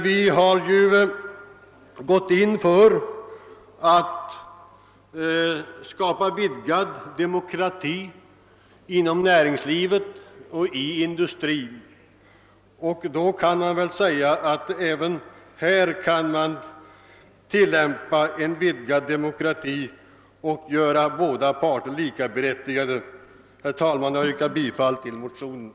Vi har strävat efter att vidga demokratin inom näringslivet. även härvidlag borde man kunna tillämpa en vidgad demokrati och göra båda parter likaberättigade. Herr talman! Jag yrkar bifall till motionerna.